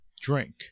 drink